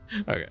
Okay